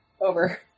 Over